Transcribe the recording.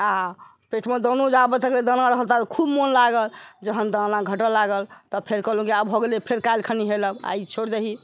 आ पेटमे दानो याबत तक दाना रहल ताबत तक खूब मोन लागल जखन दाना घटय लागल तऽ फेर कहलहुँ कि आब भऽ गेलै फेर काल्हि खनी हेलब आइ छोड़ि दही